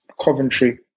Coventry